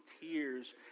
tears